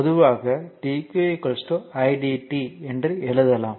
பொதுவாக dq i dt என்று எழுதலாம்